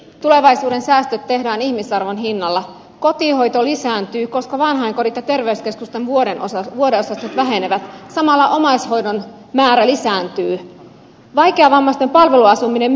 tulevaisuuden säästöt tehdään ihmisarvon hinnalla kotihoito lisääntyy koska vanhainkoditä terveyskeskusta vuoden osalta vuodessa se vähenevät samalla omaishoidon määrä lisääntyi vaikeavammaisten palveluasuminen